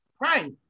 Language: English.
Right